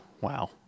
Wow